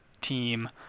team